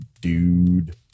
dude